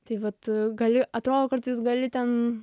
tai vat gali atrodo kartais gali ten